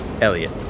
Elliot